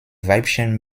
weibchen